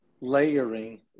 layering